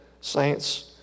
saints